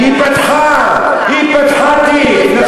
היא פתחה תיק, ודאי שהיא חייבת לבוא.